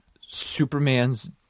Superman's